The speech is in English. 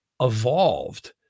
evolved